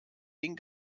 den